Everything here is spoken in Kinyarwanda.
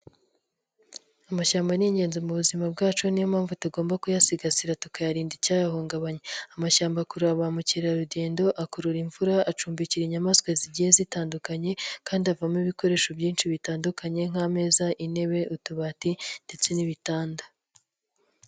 Amashyamba ni ingenzi mubu buzima bwacu niyo mpamvu tugomba kuyasigasira tukayarinda icyayahungabanya. Amashyamba kureba ba mukerarugendo akurura imvura acumbikira inyamaswa zigiye zitandukanye, kandi avamo ibikoresho byinshi bitandukanye nk'ameza intebe utubati ndetse n'ibitanda.